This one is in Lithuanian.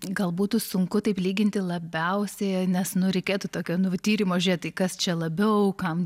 gal būtų sunku taip lyginti labiausiai nes nu reikėtų tokia nu va tyrimo žiūrėt tai kas čia labiau kam